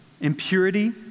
impurity